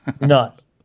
Nuts